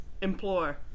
implore